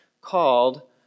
called